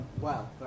wow